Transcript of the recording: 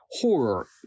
horror